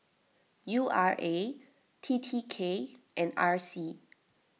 U R A T T K and R C